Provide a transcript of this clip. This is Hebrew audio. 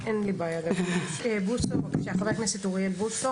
חבר הכנסת אוריאל בוסו